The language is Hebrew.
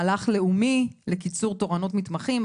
מהלך לאומי לקיצור תורנות מתמחים,